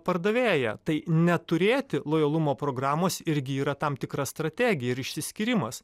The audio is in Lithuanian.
pardavėją tai neturėti lojalumo programos irgi yra tam tikra strategija ir išsiskyrimas